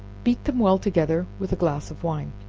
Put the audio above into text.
beat them well together with a glass of wine,